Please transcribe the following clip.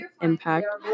impact